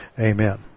Amen